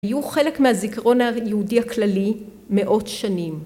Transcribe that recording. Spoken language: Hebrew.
יהיו חלק מהזיכרון היהודי הכללי מאות שנים.